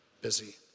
busy